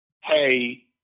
Hey